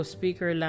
Speaker